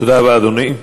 תודה רבה, אדוני.